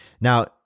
Now